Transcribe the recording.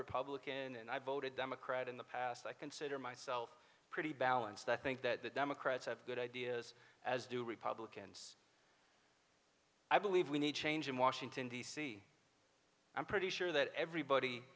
republican and i voted democrat in the past i consider myself pretty balanced i think that the democrats have good ideas as do republicans i believe we need change in washington d c i'm pretty sure that everybody